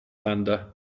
slander